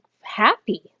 happy